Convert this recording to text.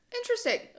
interesting